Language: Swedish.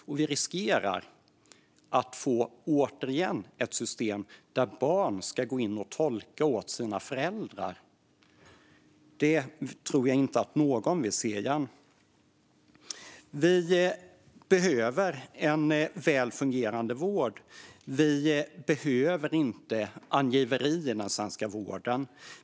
Sverige riskerar att återigen få ett system där barn ska gå in och tolka åt sina föräldrar. Det tror jag inte att någon vill se igen. Vi behöver en väl fungerande vård. Vi behöver inte angiveri i den svenska vården.